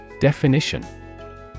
Definition